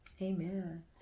Amen